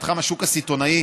מתחם השוק הסיטונאי.